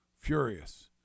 furious